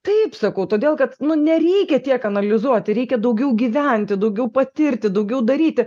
taip sakau todėl kad nu nereikia tiek analizuoti reikia daugiau gyventi daugiau patirti daugiau daryti